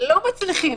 לא מצליחות.